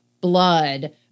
blood